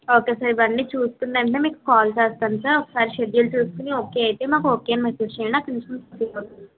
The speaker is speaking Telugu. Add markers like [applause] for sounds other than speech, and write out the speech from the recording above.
ఓకే సార్ ఇవన్నీ చూసుకున్న వెంటనే మీకు కాల్ చేస్తాను సార్ ఒకసారి షెడ్యూల్ చూసుకుని ఓకే అయితే మాకు ఓకే మెసేజ్ చేయండి అక్కడ నుంచి మీకు [unintelligible]